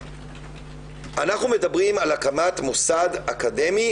אנחנו מדברים על הקמת מוסד אקדמי